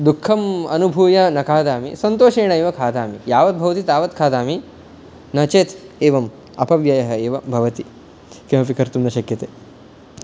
दुःखम् अनुभूय न खादामि सन्तोषेणैव खादामि यावत् भवति तावत् खादामि नो चेत् एवम् अपव्ययः एव भवति किमपि कर्तुं न शक्यते